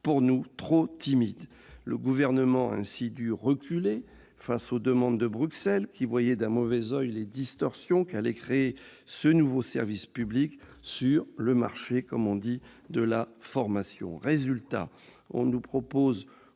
pour nous trop timide. Le Gouvernement a ainsi dû reculer face aux demandes de Bruxelles qui voyait d'un mauvais oeil les « distorsions de concurrence » qu'allait créer ce nouveau service public sur le « marché » de la formation. Résultat, on nous propose